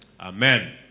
Amen